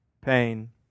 pain